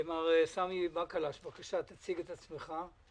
מר סמי בקלש, בקשה תציג את עצמך.